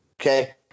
okay